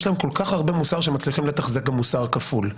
יש להם כל כך הרבה מוסר שהם מצליחים לתחזק גם מוסר כפול.